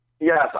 Yes